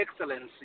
excellency